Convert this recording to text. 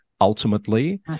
ultimately